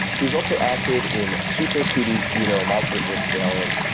he has also acted in super cooties, juno, monsters versus aliens,